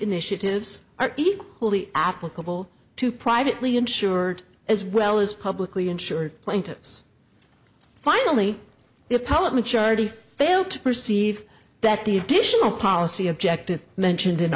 initiatives are equally applicable to privately insured as well as publicly insured plaintiffs finally the appellate majority fail to perceive that the additional policy objective mentioned in